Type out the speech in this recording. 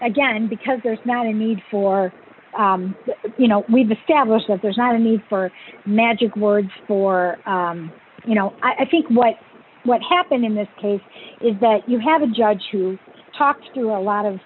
again because there's not a need for you know we've established that there's not a need for magic words for you know i think what what happened in this case is that you have a judge who talked to a lot of